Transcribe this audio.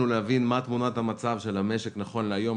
להבין מה תמונת המצב של המשק נכון להיום,